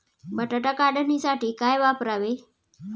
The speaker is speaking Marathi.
बटाटा काढणीसाठी काय वापरावे?